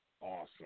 awesome